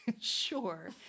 Sure